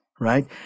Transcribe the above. Right